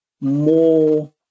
more